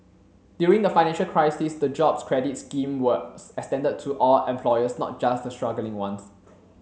during the financial crisis the Jobs Credit scheme was extended to all employers not just the struggling ones